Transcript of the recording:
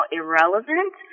irrelevant